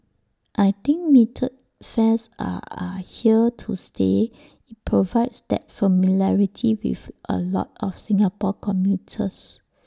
I think metered fares are are here to stay provides that familiarity with A lot of Singapore commuters